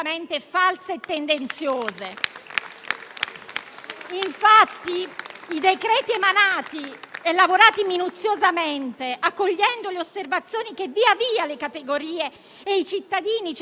Oggi, in vista del quinto decreto ristori, siamo chiamati a votare un ulteriore scostamento di 32 miliardi. Colleghi, parliamo di risorse fresche aggiuntive per oltre 150 miliardi